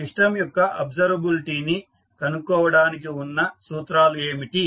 system యొక్క అబ్సర్వబిలిటీని కనుక్కోవడానికి ఉన్న సూత్రాలు ఏమిటి